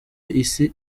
isi